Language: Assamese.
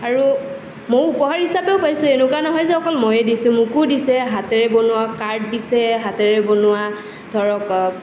আৰু মও উপহাৰ হিচাপেও পাইছোঁ এনেকুৱা নহয় যে মইয়ে দিছোঁ মোকো দিছে হাতেৰে বনোৱা কাৰ্ড দিছে হাতেৰে বনোৱা ধৰক